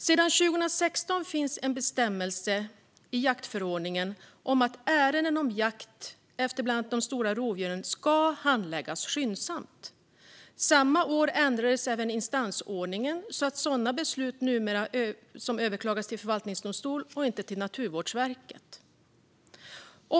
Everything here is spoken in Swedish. Sedan 2016 finns en bestämmelse i jaktförordningen om att ärenden om jakt på bland annat de stora rovdjuren ska handläggas skyndsamt. Samma år ändrades även instansordningen så att sådana beslut numera överklagas till förvaltningsdomstol och inte till Naturvårdsverket.